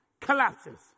collapses